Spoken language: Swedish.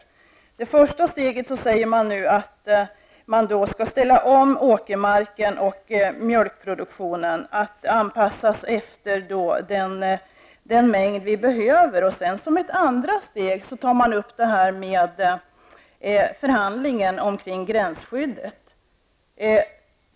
I det första steget sägs det att man skall ställa om åkermarken och mjölkproduktionen att anpassas efter den mängd vi behöver. Sedan har man som ett andra steg förhandlingen kring gränsskyddet.